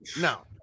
No